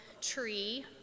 tree